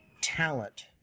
talent